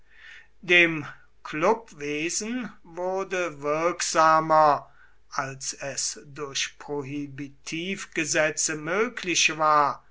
dem klubwesen wurde wirksamer als es durch prohibitivgesetze möglich war